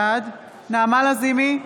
בעד נעמה לזימי,